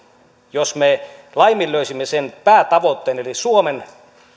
jos me laiminlöisimme sen päätavoitteen eli suomen